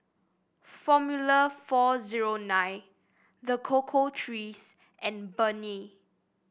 Formula four zero nine The Cocoa Trees and Burnie